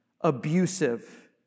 abusive